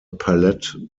palette